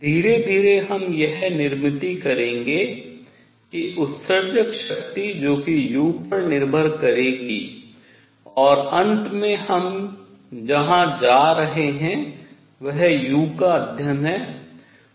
धीरे धीरे हम यह निर्मिति करेंगे कि उत्सर्जक शक्ति जो कि u पर निर्भर करेगी और और अंत में हम जहाँ आ रहे हैं वह u का अध्ययन है